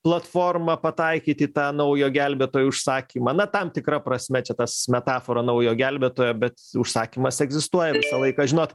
platforma pataikyti į tą naujo gelbėtojo užsakymą na tam tikra prasme čia tas metafora naujo gelbėtojo bet užsakymas egzistuoja visą laiką žinot